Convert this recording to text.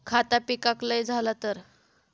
खता पिकाक लय झाला तर?